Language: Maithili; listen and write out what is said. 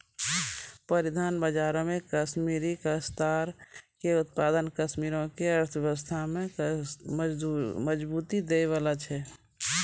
परिधान बजारो मे कश्मीरी काश्तकार के उत्पाद कश्मीरो के अर्थव्यवस्था में मजबूती दै बाला छै